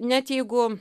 net jeigu